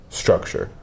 structure